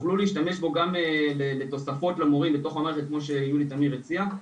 גם לתוספות למורים, כמו שיולי תמיר הציעה.